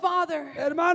Father